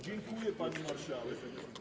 Dziękuję, pani marszałek.